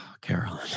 Carolyn